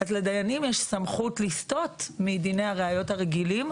אז לדיינים יש סמכות לסטות מדיני הראיות הרגילים,